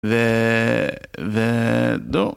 ו... ו... דו.